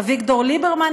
אביגדור ליברמן,